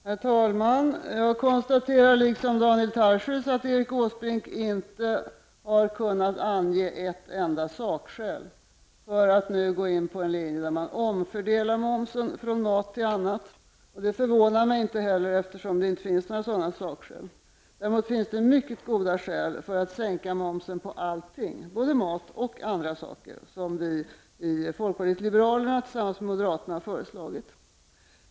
Herr talman! Jag konstaterar, precis som Daniel Tarschys, att Erik Åsbrink inte har kunnat ange ett enda sakskäl till att nu slå in på en linje som innebär att man omfördelar moms från mat till annat. Det förvånar mig inte heller, eftersom det inte finns några sådana sakskäl. Däremot finns det mycket goda skäl att sänka momsen på allting, t.ex. maten, som vi i folkpartiet liberalerna tillsammans med moderaterna har föreslagit.